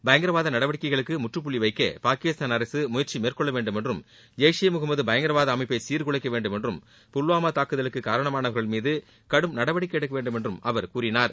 பயங்கரவாத நடவடிக்கைகளுக்கு முற்றபுள்ளி வைக்க பாகிஸ்தான் அரசு முயற்சி மேற்கொள்ள வேண்டும் என்றும் ஜெய்ஷ் இ முகமது பயங்கரவாத அமைப்பை சிாகுலைக்க வேண்டும் என்றும் புல்வாமா தாக்குதலுக்கு காரணமானவர்கள் மீது கடும் நடவடிக்கை எடுக்கவேண்டும் என்றும் அவர் கூறினார்